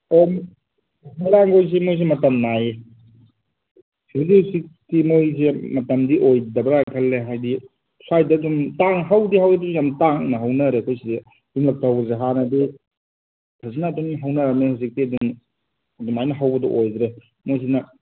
ꯑꯣ ꯊꯣꯂꯛꯑꯁꯨ ꯃꯣꯏꯁꯨ ꯃꯇꯝ ꯅꯥꯏꯅꯦ ꯍꯧꯖꯤꯛ ꯍꯧꯖꯤꯛꯇꯤ ꯃꯣꯏꯁꯦ ꯃꯇꯝꯗꯤ ꯑꯣꯏꯗꯕ꯭ꯔꯥ ꯈꯜꯂꯦ ꯍꯥꯏꯗꯤ ꯁ꯭ꯋꯥꯏꯗꯗꯨꯝ ꯍꯧꯗꯤ ꯍꯧꯋꯦ ꯑꯗꯨꯁꯨ ꯌꯥꯝ ꯇꯥꯡꯅ ꯍꯧꯅꯔꯦ ꯑꯩꯈꯣꯏꯁꯤꯗ ꯌꯨꯝꯂꯛꯇ ꯍꯧꯕꯁꯦ ꯍꯥꯟꯅꯗꯤ ꯐꯖꯅ ꯑꯗꯨꯝ ꯍꯧꯅꯔꯝꯃꯦ ꯍꯧꯖꯤꯛꯇꯤ ꯑꯗꯨꯝ ꯑꯗꯨꯃꯥꯏꯅ ꯍꯧꯕꯗꯣ ꯑꯣꯏꯗ꯭ꯔꯦ ꯃꯣꯏꯁꯤꯅ